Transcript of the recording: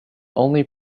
only